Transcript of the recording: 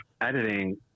editing